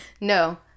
no